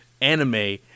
anime